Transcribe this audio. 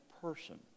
person